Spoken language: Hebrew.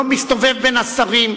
לא מסתובב בין השרים.